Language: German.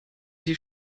die